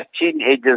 teenagers